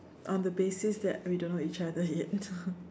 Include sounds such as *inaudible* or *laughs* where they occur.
on the basis that we don't know each other yet *laughs*